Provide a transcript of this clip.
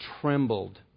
trembled